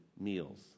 meals